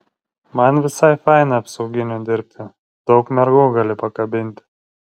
man visai faina apsauginiu dirbti daug mergų gali pakabint